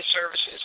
services